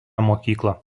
mokyklą